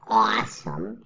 awesome